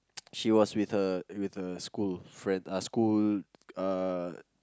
she was with her with her school friend uh school uh